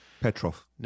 petrov